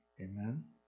Amen